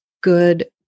good